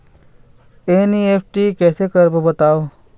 NEFT कैसे करबो बताव?